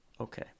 okay